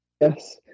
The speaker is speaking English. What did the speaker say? yes